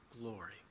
glory